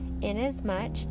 inasmuch